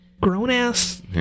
grown-ass